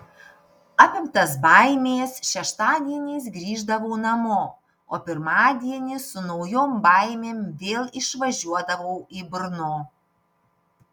apimtas baimės šeštadieniais grįždavau namo o pirmadienį su naujom baimėm vėl išvažiuodavau į brno